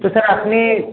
তো স্যার আপনি